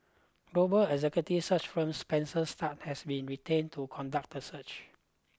global executive search firm Spencer Stuart has been retained to conduct the search